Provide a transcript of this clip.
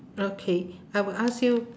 okay I will ask you